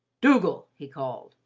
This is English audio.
dougal, he called,